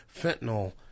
fentanyl